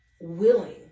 willing